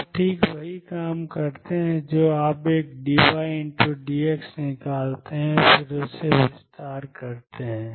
आप ठीक वही काम करते हैं जो आप एक d y d x निकालते हैं और फिर उसका विस्तार करते हैं